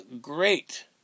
great